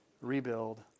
rebuild